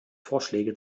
vorschläge